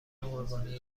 قربانی